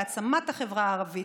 להעצמת החברה הערבית,